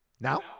Now